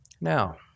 Now